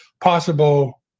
possible